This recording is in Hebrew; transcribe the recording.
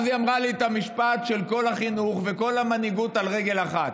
היא אמרה לי משפט של כל החינוך וכל המנהיגות על רגל אחת.